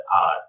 art